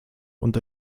und